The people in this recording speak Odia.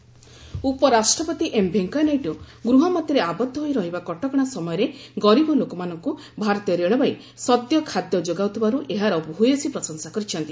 ଭେଙ୍କେୟାନାଇଡ଼ୁ ରେଲୱେ ଉପରାଷ୍ଟ୍ରପତି ଏମଭେଙ୍କେୟା ନାଇଡୁ ଗୃହମଧ୍ୟରେ ଆବଦ୍ଧ ହୋଇ ରହିବା କଟକଣା ସମୟରେ ଗରିବ ଲୋକମାନଙ୍କୁ ଭାରତୀୟ ରେଳବାଇ ସଦ୍ୟ ଖାଦ୍ୟ ଯୋଗାଇଥିବାରୁ ଏହାର ଭୟସୀ ପ୍ରଶଂସା କରିଛନ୍ତି